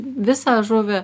visą žuvį